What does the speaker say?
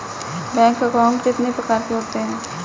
Bank account कितने प्रकार के होते हैं?